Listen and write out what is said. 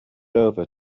over